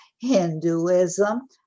Hinduism